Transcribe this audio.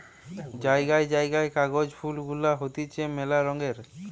জায়গায় জায়গায় কাগজ ফুল গুলা হতিছে মেলা রঙের